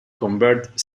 convert